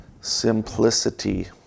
simplicity